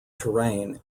terrain